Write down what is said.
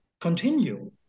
continue